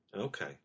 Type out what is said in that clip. Okay